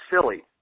silly